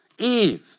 Eve